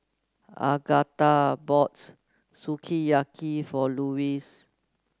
Agatha bought Sukiyaki for Lewis